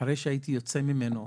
אחרי שהייתי יוצא ממנו,